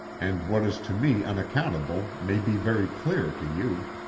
and what is to me unaccountable may be very clear to you.